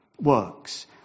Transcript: works